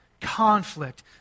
conflict